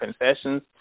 concessions